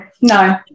no